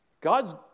God's